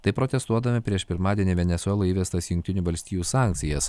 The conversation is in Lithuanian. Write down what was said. taip protestuodami prieš pirmadienį venesueloje įvestas jungtinių valstijų sankcijas